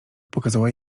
pokazała